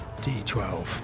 D12